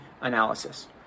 analysis